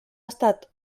estat